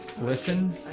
Listen